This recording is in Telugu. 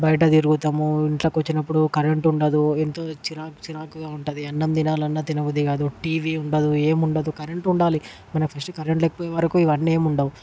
బయట తిరుగుతాము ఇంట్లోకొచ్చినప్పుడు కరెంట్ ఉండదు ఎంతో చిరాకు చిరాకుగా ఉంటది అన్నం తినాలన్నా తినబుద్దికాదు టీవీ ఉండదు ఏముండదు కరెంట్ ఉండాలి మనం ఫస్ట్ కరెంట్ లేకపోయేవరకు ఇవన్నీ ఏం ఉండవు